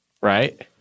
right